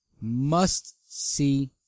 must-see